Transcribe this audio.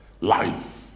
life